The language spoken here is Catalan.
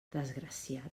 desgraciat